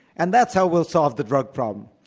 and that's how we'll solve the drug problem.